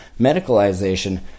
medicalization